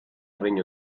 regno